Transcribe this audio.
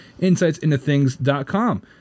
insightsintothings.com